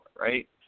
right